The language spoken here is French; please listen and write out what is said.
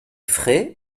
frais